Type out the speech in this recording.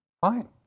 Fine